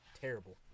Terrible